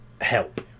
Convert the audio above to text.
help